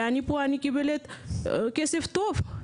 ופה אני מקבלת כסף טוב.